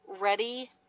ready